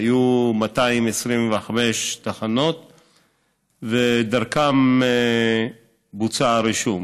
היו 225 תחנות ודרכן בוצע הרישום,